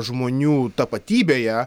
žmonių tapatybėje